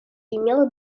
имело